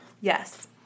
Yes